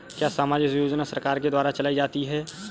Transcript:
क्या सामाजिक योजना सरकार के द्वारा चलाई जाती है?